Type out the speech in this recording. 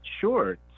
Sure